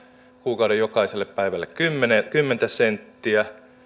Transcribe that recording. kuukauden jokaiselle päivälle kymmenen senttiä